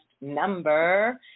number